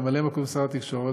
ממלא מקום שר התקשורת,